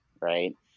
right